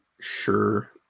sure